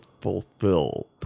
fulfilled